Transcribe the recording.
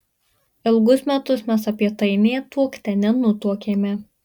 ilgus metus mes apie tai nė tuokte nenutuokėme